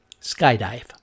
skydive